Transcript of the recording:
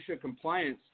compliance